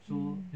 mm